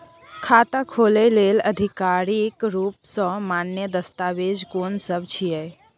खाता खोले लेल आधिकारिक रूप स मान्य दस्तावेज कोन सब छिए?